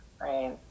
right